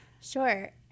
Sure